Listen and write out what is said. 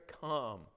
come